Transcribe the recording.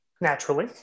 naturally